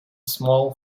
small